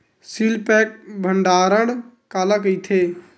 Seal pack भंडारण काला कइथे?